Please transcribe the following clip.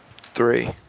Three